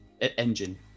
engine